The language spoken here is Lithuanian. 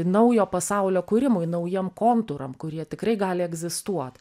naujo pasaulio kūrimui naujiem kontūram kurie tikrai gali egzistuot